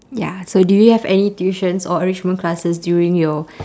ya so do you have any tuitions or enrichment classes during your